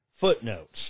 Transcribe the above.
footnotes